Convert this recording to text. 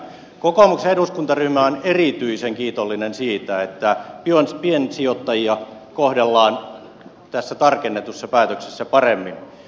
kokoomuksen eduskuntaryhmä on erityisen kiitollinen siitä että piensijoittajia kohdellaan tässä tarkennetussa päätöksessä paremmin